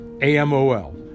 A-M-O-L